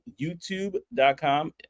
YouTube.com